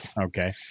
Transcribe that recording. Okay